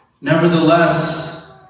Nevertheless